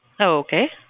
Okay